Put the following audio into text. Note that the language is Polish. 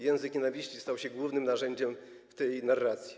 Język nienawiści stał się głównym narzędziem tej narracji.